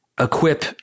equip